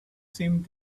seemed